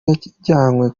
yajyanywe